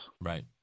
Right